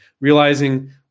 Realizing